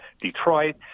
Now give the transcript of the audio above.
Detroit